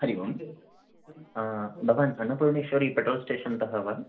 हरि ओं भवान् Annapurneshwari petrol station तः वा